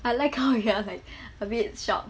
I like how you're like a bit shocked